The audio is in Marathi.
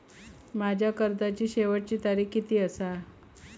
माझ्या कर्जाची शेवटची तारीख किती आसा?